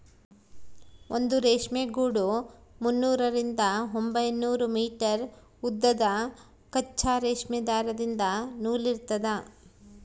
ಒಂದು ರೇಷ್ಮೆ ಗೂಡು ಮುನ್ನೂರರಿಂದ ಒಂಬೈನೂರು ಮೀಟರ್ ಉದ್ದದ ಕಚ್ಚಾ ರೇಷ್ಮೆ ದಾರದಿಂದ ನೂಲಿರ್ತದ